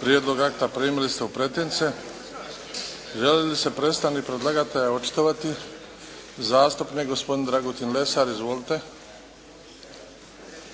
Prijedlog akta primili ste u pretince. Želi li se predstavnik predlagatelja očitovati? Zastupnik gospodin Dragutin Lesar. Izvolite.